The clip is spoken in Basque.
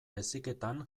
heziketan